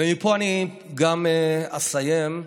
ומפה אני גם אסיים.